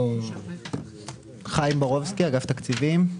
חיים בורובסקי, אגף תקציבים.